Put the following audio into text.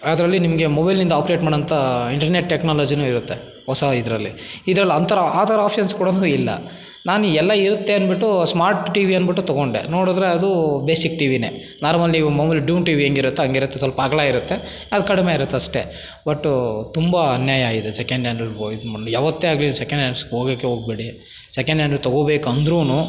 ಅದರಲ್ಲಿ ನಿಮಗೆ ಮೊಬೈಲಿಂದ ಆಪ್ರೇಟ್ ಮಾಡೋಂಥ ಇಂಟರ್ನೆಟ್ ಟೆಕ್ನಾಲಜಿನು ಇರುತ್ತೆ ಹೊಸ ಇದರಲ್ಲಿ ಇದ್ರಲ್ಲಿ ಅಂತರ ಆ ಥರ ಆಪ್ಷನ್ಸ್ ಕೊಡೋಂಗು ಇಲ್ಲ ನಾನು ಎಲ್ಲ ಇರುತ್ತೆ ಅಂದ್ಬಿಟ್ಟು ಸ್ಮಾರ್ಟ್ ಟಿವಿ ಅಂದ್ಬಿಟ್ಟು ತಗೊಂಡೆ ನೋಡಿದ್ರೆ ಅದೂ ಬೇಸಿಕ್ ಟಿವಿನೇ ನಾರ್ಮಲ್ ನೀವು ಮಾಮುಲಿ ಡ್ಯೂಮ್ ಟಿವಿ ಹೆಂಗಿರುತ್ತೋ ಹಂಗಿರುತ್ತೆ ಸ್ವಲ್ಪ ಅಗಲ ಇರುತ್ತೆ ಅದು ಕಡಿಮೆ ಇರುತ್ತೆ ಅಷ್ಟೆ ಒಟ್ಟು ತುಂಬ ಅನ್ಯಾಯ ಇದೆ ಸೆಕೆಂಡ್ ಹ್ಯಾಂಡ್ ಯಾವತ್ತೇ ಆಗಲಿ ಸೆಕೆಂಡ್ ಹ್ಯಾಂಡ್ಸ್ಗೆ ಹೋಗೋಕ್ಕೆ ಹೋಗಬೇಡಿ ಸೆಕೆಂಡ್ ಹ್ಯಾಂಡಲ್ ತಗೋಬೇಕು ಅಂದರೂ